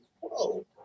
whoa